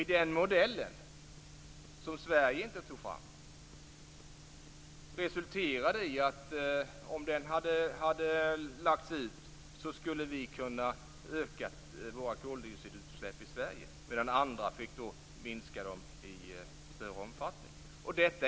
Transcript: Om den modellen, som Sverige inte tog fram, hade lagts ut skulle resultatet vara att vi kunde öka våra koldioxidutsläpp i Sverige, medan andra fick minska dem i större omfattning.